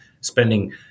spending